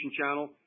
channel